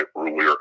earlier